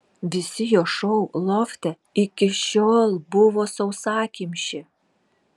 visi jo šou lofte iki šiol buvo sausakimši